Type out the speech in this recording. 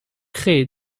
créé